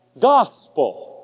gospel